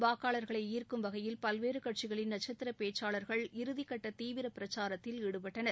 வாக்காளர்களை ஈர்க்கும் வகையில் பல்வேறு கட்சிகளின் நட்கத்திர பேச்சாளர்கள் இறுதிகட்ட தீவிர பிரச்சாரத்தில் ஈடுபட்டனர்